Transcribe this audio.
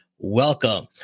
welcome